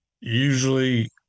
usually